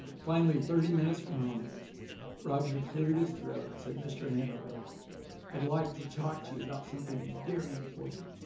finally thirty minutes from home roger cleared his throat and said mr. hanover i'd like to talk to you about something very important,